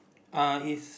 uh is